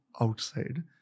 outside